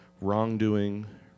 wrongdoing